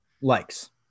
Likes